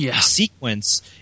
sequence